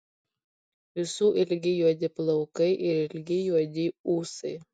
visų ilgi juodi plaukai ir ilgi juodi ūsai